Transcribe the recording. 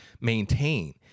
maintain